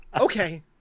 okay